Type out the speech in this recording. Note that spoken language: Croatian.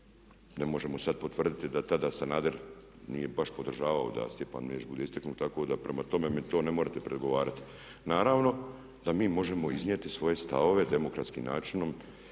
Ne možemo sad potvrditi da tada Sanader nije baš podržavao da Stjepan Mesić bude istaknut, tako da prema tome, mi to ne morate prigovarati. Naravno da mi možemo iznijeti svoje stavove, demokratskim načinom